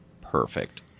perfect